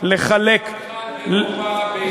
קו העוני,